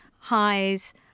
highs